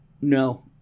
No